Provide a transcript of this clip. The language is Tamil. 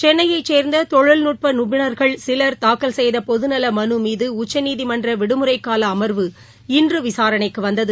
சென்னையைச் சேர்ந்த தொழில்நுட்ப நிபுணர்கள் சிலர் தாக்கல் செய்த பொதுநல மனு மீது உச்சநீதிமன்ற விடுமுறைக்கால அமர்வு இன்று விசாரணைக்கு வந்தது